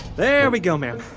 there we go, ma'am.